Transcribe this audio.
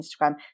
Instagram